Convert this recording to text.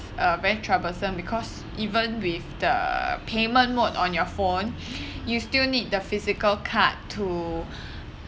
uh very troublesome because even with the payment mode on your phone you still need the physical card to